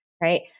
right